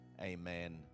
amen